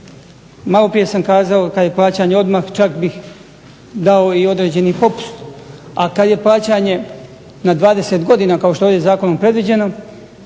Malo prije sam kazao kada je plaćanje odmah čak bi dao i određeni popust, a kada je plaćanje na 20 godina kao što je ovdje zakonom predviđeno,